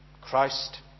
Christ